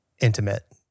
intimate